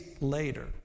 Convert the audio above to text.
later